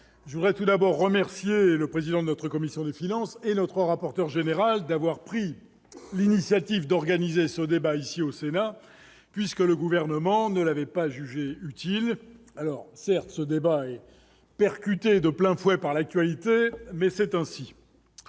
avant tout, je tiens à remercier le président de notre commission des finances et notre rapporteur général d'avoir pris l'initiative d'organiser ce débat au Sénat, puisque le Gouvernement ne l'avait pas jugé utile ... Certes, ce débat est percuté de plein fouet par l'actualité, mais c'est ainsi.